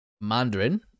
Mandarin